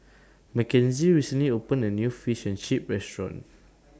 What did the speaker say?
Makenzie recently opened A New Fish and Chips Restaurant